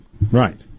right